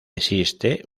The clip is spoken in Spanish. existe